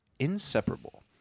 Inseparable